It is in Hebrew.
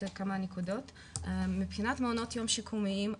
מבחינת מעונות יום שיקומיים,